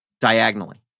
diagonally